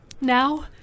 Now